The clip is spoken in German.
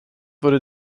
wurde